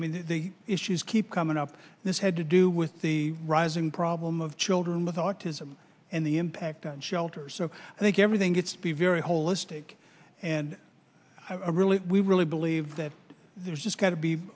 i mean the issues keep coming up this had to do with the rising problem of children with autism and the impact on shelters so i think everything gets be very holistic and i really really believe that there's just got to be